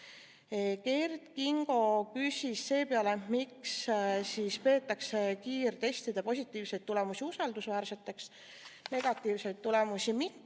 Kert Kingo küsis seepeale, miks siis peetakse kiirtestide positiivseid tulemusi usaldusväärseteks, negatiivseid tulemusi mitte.